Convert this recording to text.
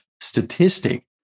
statistic